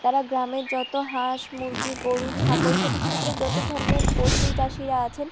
তারা গ্রামের যত হাঁস মুরগি গরু ছাগল থেকে শুরু করে যত ধরনের পশু চাষিরা আছেন